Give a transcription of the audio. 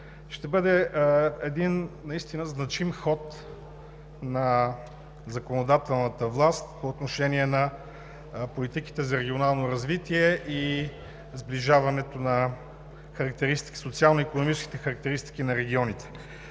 ще бъде значим ход на законодателната власт по отношение на политиките за регионално развитие и сближаването на социално-икономическите характеристики на регионите.